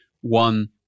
one